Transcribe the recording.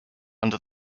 under